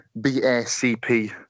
BACP